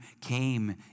came